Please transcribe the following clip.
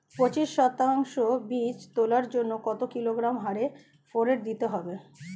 পঁচিশ শতক বীজ তলার জন্য কত কিলোগ্রাম হারে ফোরেট দিতে হবে?